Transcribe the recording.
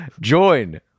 Join